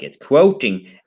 quoting